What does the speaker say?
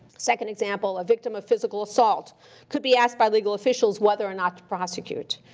second example, a victim of physical assault could be asked by legal officials whether or not to prosecute.